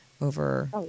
over